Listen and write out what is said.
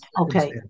okay